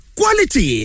quality